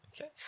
Okay